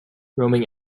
roaming